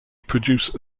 produce